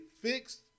fixed